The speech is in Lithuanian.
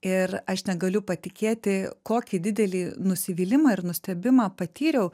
ir aš negaliu patikėti kokį didelį nusivylimą ir nustebimą patyriau